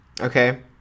Okay